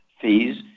fees